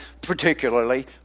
particularly